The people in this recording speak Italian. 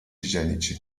igienici